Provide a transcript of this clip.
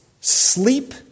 sleep